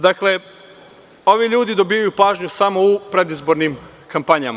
Dakle, ovi ljudi dobijaju pažnju samo u predizbornim kampanjama.